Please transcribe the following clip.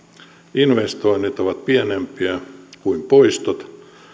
investoinnit ovat pienempiä kuin poistot